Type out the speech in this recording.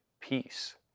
peace